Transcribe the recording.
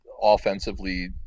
offensively